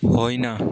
होइन